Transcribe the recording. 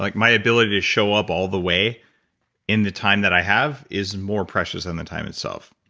like my ability to show up all the way in the time that i have is more precious than the time itself.